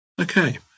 Okay